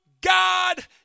God